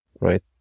right